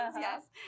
yes